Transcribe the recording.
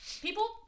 people